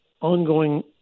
ongoing